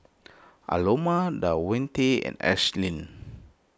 Aloma Davonte and Ashlynn